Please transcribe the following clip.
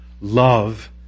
Love